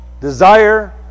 Desire